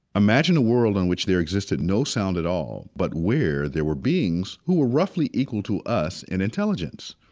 imagine a world on which there existed no sound at all, but where there were beings who were roughly equal to us in intelligence.